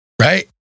Right